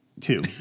two